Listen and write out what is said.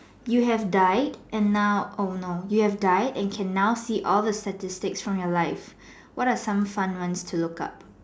you have died and now oh no you have died and can now see all the statistics from your life what are some fun ones to look up